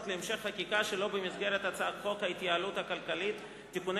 להמשך חקיקה שלא במסגרת הצעת חוק ההתייעלות הכלכלית (תיקוני